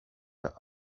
your